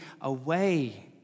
away